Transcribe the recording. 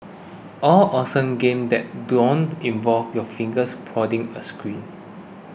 all awesome games that don't involve your fingers prodding a screen